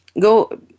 go